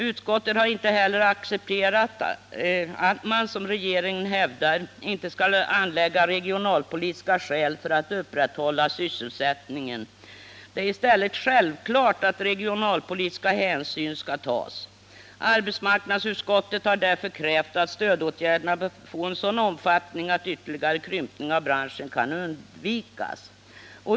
Utskottet har inte heller accepterat att man, som regeringen hävdar, inte skall anlägga regionalpolitiska skäl för att upprätthålla sysselsättningen. Det är i stället självklart att regionalpolitiska hänsyn skall tas. Arbetsmarknadsutskottet har därför krävt att stödåtgärderna bör få en sådan omfattning att ytterligare krympning av branschen kan undvikas.